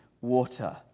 water